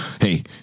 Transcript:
hey